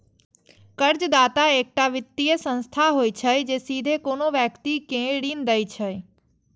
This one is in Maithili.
कर्जदाता एकटा वित्तीय संस्था होइ छै, जे सीधे कोनो व्यक्ति कें ऋण दै छै